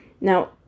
Now